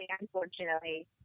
unfortunately